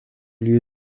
lieu